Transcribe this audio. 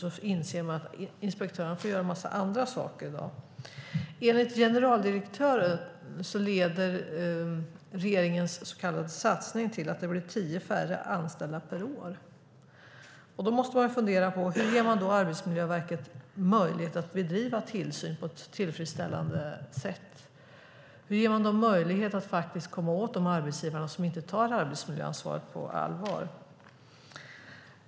Då inser man att inspektörerna i dag får göra en massa andra saker. Enligt generaldirektören leder regeringens så kallade satsning till att det blir tio färre anställda per år. Då måste man fundera på: Hur ger man Arbetsmiljöverket möjlighet att bedriva tillsyn på ett tillfredsställande sätt? Hur ger man verket möjlighet att komma åt de arbetsgivare som inte tar sitt arbetsmiljöansvar på allvar?